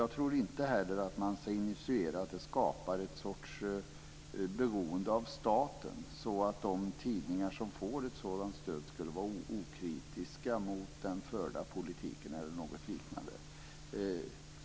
Jag tror inte heller att man ska insinuera att det skapar någon sorts beroende av staten, så att de tidningar som får ett sådant stöd skulle vara okritiska mot den förda politiken, eller liknande.